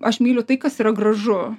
aš myliu tai kas yra gražu